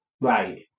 Right